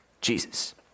Jesus